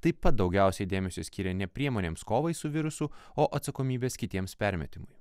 taip pat daugiausiai dėmesio skyrė ne priemonėms kovai su virusu o atsakomybės kitiems permetimui